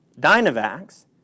Dynavax